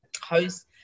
host